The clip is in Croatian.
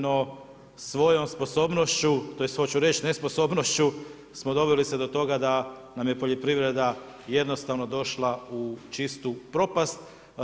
No, svojom sposobnošću, hoću reći nesposobnošću smo doveli se do toga da nam je poljoprivreda jednostavno došla u čistu propast.